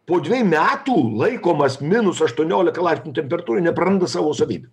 po dvejų metų laikomas minus aštuoniolika laipsnių temperatūroj nepraranda savo savybių